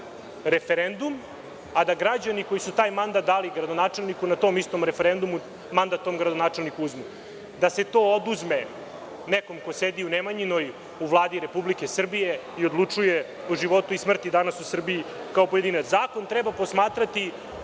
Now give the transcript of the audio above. referendum, a da građani koji su taj mandat dali gradonačelniku na tom istom referendumu mandat tom gradonačelniku uzmu. Da se to oduzme nekome ko sedi u Nemanjinoj, u Vladi Republike Srbije i odlučuje o životu i smrti danas u Srbiji kao pojedinac. Zakon treba posmatrati